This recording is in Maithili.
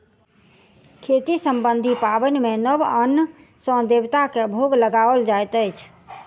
खेती सम्बन्धी पाबनि मे नव अन्न सॅ देवता के भोग लगाओल जाइत अछि